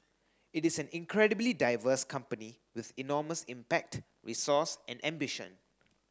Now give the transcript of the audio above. it is an incredibly diverse company with enormous impact resource and ambition